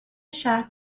شهر